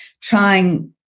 trying